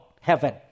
heaven